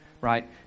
right